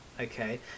okay